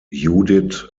judith